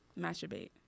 Masturbate